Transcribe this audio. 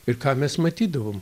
ir ką mes matydavom